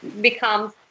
becomes